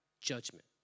judgment